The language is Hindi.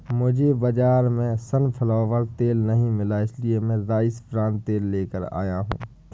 मुझे बाजार में सनफ्लावर तेल नहीं मिला इसलिए मैं राइस ब्रान तेल लेकर आया हूं